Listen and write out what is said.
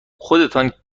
خودتان